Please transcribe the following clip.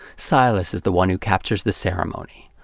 silas is the one who captures the ceremony.